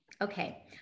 Okay